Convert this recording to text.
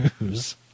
News